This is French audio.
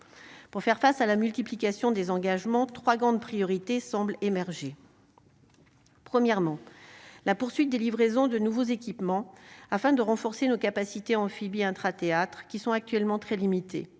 pour faire face à la multiplication des engagements 3 grandes priorités semble émerger. Premièrement, la poursuite des livraisons de nouveaux équipements afin de renforcer nos capacités amphibies intra-Théâtres qui sont actuellement très limité